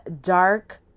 dark